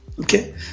okay